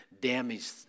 damaged